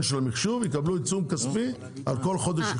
של המחשוב הם יקבלו עיצום כספי על כל חודש איחור.